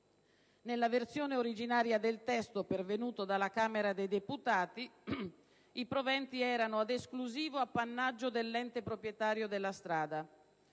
Nella versione originaria del testo pervenuto dalla Camera dei deputati i proventi erano ad esclusivo appannaggio dell'ente proprietario della strada,